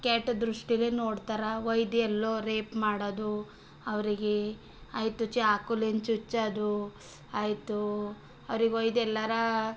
ಕೆಟ್ಟ ದೃಷ್ಟಿಲೆ ನೋಡ್ತಾರೆ ಒಯ್ದೆಲ್ಲೋ ರೇಪ್ ಮಾಡೋದು ಅವರಿಗೆ ಆಯಿತು ಚಾಕುಯಿಂದ ಚುಚ್ಚೋದು ಆಯಿತು ಅವ್ರಿಗೆ ಒಯ್ದು ಎಲ್ಲರ